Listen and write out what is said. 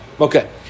Okay